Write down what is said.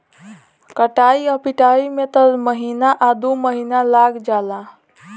कटाई आ पिटाई में त महीना आ दु महीना लाग जाला